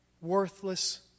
worthless